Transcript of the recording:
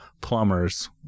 plumbers